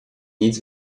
nic